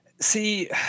See